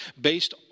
based